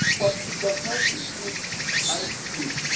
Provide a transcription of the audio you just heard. but it does not improve my game.